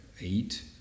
eight